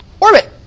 orbit